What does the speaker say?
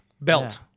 belt